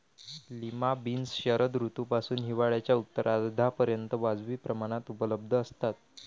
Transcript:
lima beans शरद ऋतूपासून हिवाळ्याच्या उत्तरार्धापर्यंत वाजवी प्रमाणात उपलब्ध असतात